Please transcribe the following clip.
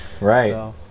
Right